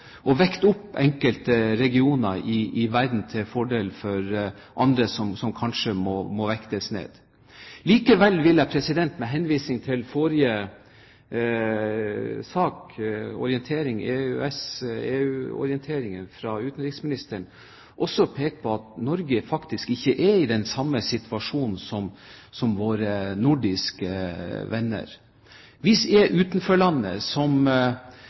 å vekte opp enkelte regioner i verden til fordel for andre som kanskje må vektes ned. Likevel vil jeg, med henvisning til forrige sak – EU- og EØS-orienteringen fra utenriksministeren – også peke på at Norge faktisk ikke er i den samme situasjonen som sine nordiske venner. Vi er utenforlandet som